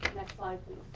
next slide,